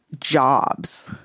jobs